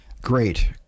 Great